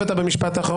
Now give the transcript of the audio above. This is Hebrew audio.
חבר הכנסת משה סעדה.